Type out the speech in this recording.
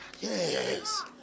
Yes